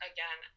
Again